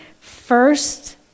First